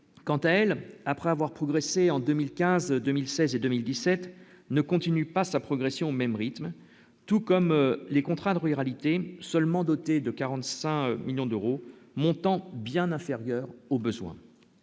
quant elle, après avoir progressé en 2015, 2016 et 2017 ne continue pas sa progression au même rythme, tout comme les contrats de ruralité seulement doté de 45 millions d'euros, montant bien inférieur aux besoins